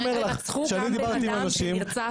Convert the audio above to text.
ורצחו גם בן אדם שנרצח בחווארה.